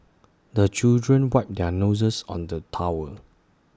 the children wipe their noses on the towel